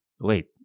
wait